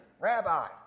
Rabbi